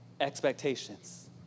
expectations